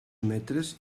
metres